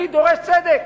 אני דורש צדק,